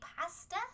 pasta